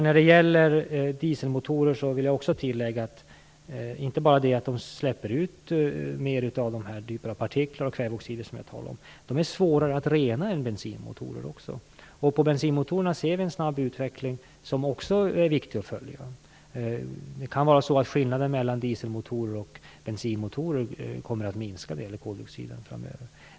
När det gäller dieselmotorer vill jag också tillägga att de inte bara släpper ut mer av kväveoxider och de typer av partiklar som jag talade om; de är dessutom svårare att rena än bensinmotorer. När det gäller bensinmotorer ser vi en snabb utveckling som det också är viktigt att följa. Det kan vara så att skillnaden mellan dieselmotorer och bensinmotorer när det gäller koldioxiden kommer att minska framöver.